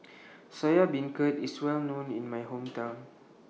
Soya Beancurd IS Well known in My Hometown